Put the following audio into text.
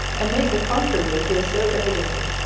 and make the contrary appear so evidently,